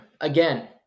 Again